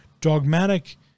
dogmatic